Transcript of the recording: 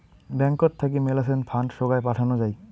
ব্যাঙ্কত থাকি মেলাছেন ফান্ড সোগায় পাঠানো যাই